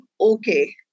okay